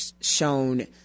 shown